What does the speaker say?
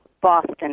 Boston